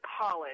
college